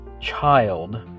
child